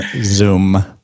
Zoom